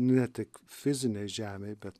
ne tik fizinei žemei bet